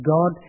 God